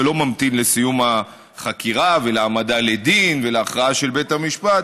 ולא ממתין לסיום החקירה ולהעמדה לדין ולהכרעה של בית המשפט,